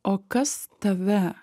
o kas tave